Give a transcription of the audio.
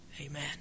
Amen